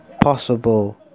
possible